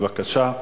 בבקשה.